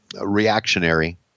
reactionary